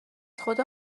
خدا